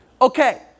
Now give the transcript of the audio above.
okay